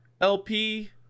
LP